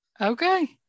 Okay